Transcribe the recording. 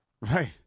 Right